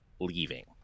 leaving